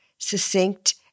succinct